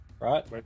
right